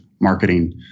marketing